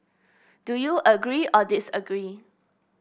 do you agree or disagree